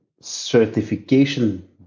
certification